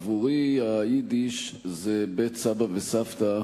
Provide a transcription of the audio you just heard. עבורי היידיש זה בית סבא וסבתא.